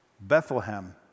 Bethlehem